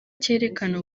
cyerekana